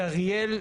באריאל,